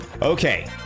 Okay